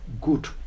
good